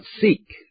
seek